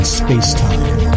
space-time